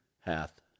hath